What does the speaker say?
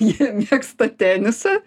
jie mėgsta tenisą